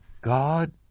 God